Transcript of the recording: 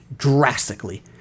drastically